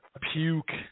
Puke